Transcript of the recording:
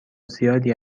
زیادی